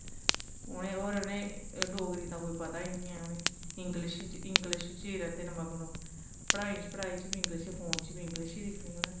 उ'नें होर उ'नेंई डोगरी दा कोई पता ही नेईं ऐ उ'नेंगी इंग्लिश च इंग्लिश च रैंह्दे न मगन ओह् पढ़ाई च पढ़ाई च बी इंग्लिश फोन च बी इंग्लिश गै दिक्खनी उ'नें